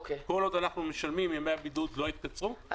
כל עוד אנחנו משלמים ימי הבידוד לא יתקצרו.